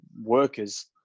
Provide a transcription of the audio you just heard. workers